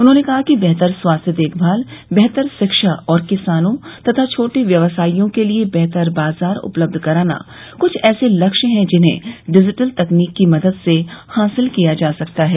उन्होंने कहा कि बेहतर स्वास्थ्य देखभाल बेहतर शिक्षा और किसानों तथा छोटे व्यवसाइयों के लिए बेहतर बाजार उपलब्ध कराना कुछ ऐसे लक्ष्य हैं जिन्हें डिजिटल तकनीक की मदद से हासिल किया जा सकता है